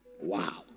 Wow